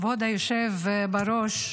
כבוד היושב בראש,